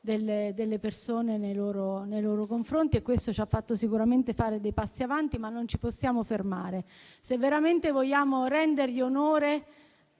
delle persone nei loro confronti e questo ci ha fatto sicuramente fare dei passi avanti, ma non ci possiamo fermare. Se veramente vogliamo rendergli onore,